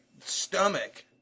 stomach